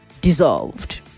dissolved